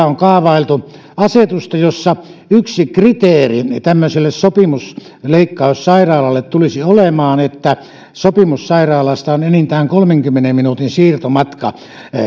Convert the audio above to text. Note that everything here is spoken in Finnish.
on kaavailtu asetusta jossa yksi kriteeri tämmöiselle sopimusleikkaussairaalalle tulisi olemaan että sopimussairaalasta on enintään kolmenkymmenen minuutin siirtomatka